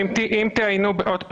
עוד פעם.